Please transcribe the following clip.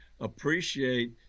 appreciate